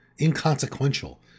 inconsequential